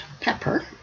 pepper